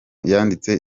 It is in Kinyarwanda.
yanditse